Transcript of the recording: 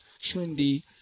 trendy